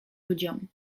ludziom